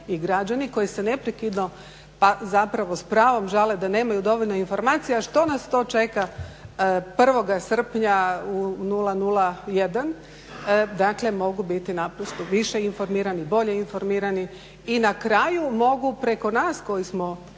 i građani koji se neprekidno, zapravo s pravom žale da nemaju dovoljno informacija što nas to čeka 1. srpnja u 00,1 dakle mogu biti naprosto više informirani, bolje informirani i na kraju mogu preko nas koji smo